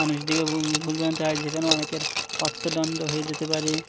মানুষ দিকে ভুলবসত হয় যেখানে অনেকের অত্ম দন্ড হয়ে যেতে পারে